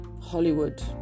Hollywood